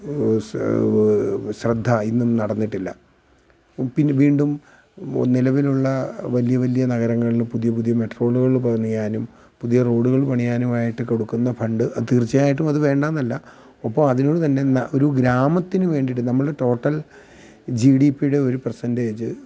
ശ്രദ്ധ ഇന്നും നടന്നിട്ടില്ല പിന്നെ വീണ്ടും നിലവിലുള്ള വലിയ വലിയ നഗരങ്ങളിൽ പുതിയ പുതിയ മെട്രോകൾ പണിയാനും പുതിയ റോഡുകൾ പണിയാനുമായിട്ട് കൊടുക്കുന്ന ഫണ്ട് അത് തീർച്ചയായിട്ടും അത് വേണ്ടയെന്നല്ല ഒപ്പം അതിന്റെകൂടെ തന്നെ ഇന്ന ഒരു ഗ്രാമത്തിനു വേണ്ടിയിട്ട് നമ്മൾ ടോട്ടൽ ജി ഡി പിയുടെ ഒരു പെർസെൻ്റേജ്